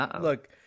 look